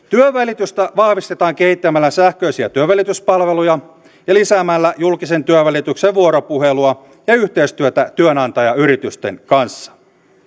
työnvälitystä vahvistetaan kehittämällä sähköisiä työnvälityspalveluja ja lisäämällä julkisen työnvälityksen vuoropuhelua ja yhteistyötä työnantajayritysten kanssa